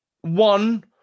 one